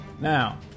Now